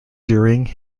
during